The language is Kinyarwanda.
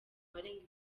barenga